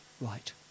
right